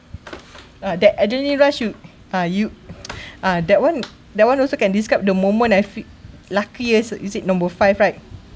ah that adrenaline rush you ah you ah that [one] that [one] also can describe the moment I feel luckiest is it number five right